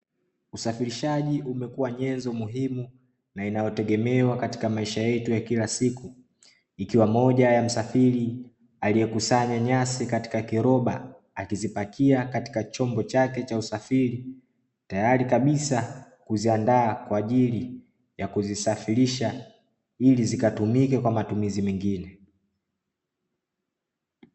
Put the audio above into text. Usafirishaji umekua nyenzo muhimu na inayotegemewa katika maisha yetu ya kila siku, ikiwa moja ya msafiri aliye kusanya nyasi katika kiroba akizipakia katika chombo chake cha usafiri, tayari kabisa kuziandaa kwa ajili ya kuzisafirisha ili zikatumike kwa matumizi mengine.